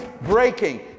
breaking